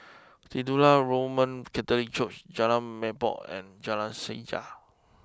Titular Roman Catholic Church Jalan Merbok and Jalan Sajak